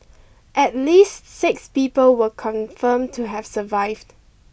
at least six people were confirmed to have survived